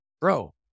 Bro